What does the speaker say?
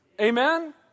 Amen